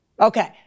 Okay